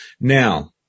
Now